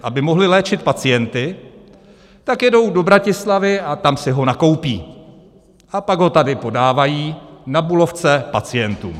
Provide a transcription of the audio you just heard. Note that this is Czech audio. Aby mohli léčit pacienty, tak jedou do Bratislavy a tam si ho nakoupí, a pak ho tady podávají na Bulovce pacientům.